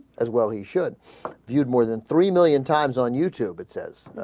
as well he should viewed more than three million times on youtube it says